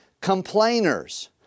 Complainers